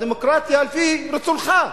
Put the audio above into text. הדמוקרטיה על-פי רצונך.